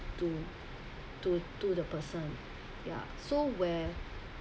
to to to the people ya so where